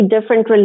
different